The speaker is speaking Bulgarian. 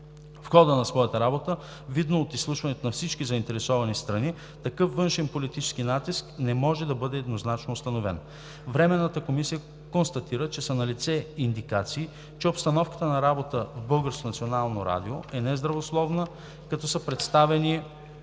В хода на своята работа, видно от изслушването на всички заинтересовани страни, такъв външен политически натиск не може да бъде еднозначно установен. Временната комисия констатира, че са налице индикации, че обстановката на работа в Българското национално радио е нездравословна, като са представени